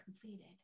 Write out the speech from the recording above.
completed